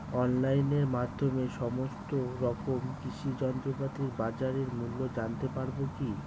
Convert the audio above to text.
অনলাইনের মাধ্যমে সমস্ত রকম কৃষি যন্ত্রপাতির বাজার মূল্য জানতে পারবো কি?